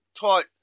taught